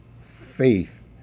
faith